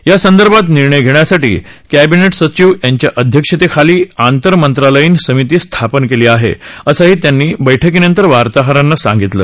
यासंदर्भात निर्णय घेण्यासाठी कॅबिनेट सचीव यांच्या अध्यक्षतेखाली आंतर मंत्रालयीन समिती स्थापन केली आहे असं त्यांनी या बैठकीनंतर वार्ताहरांना सांगितलं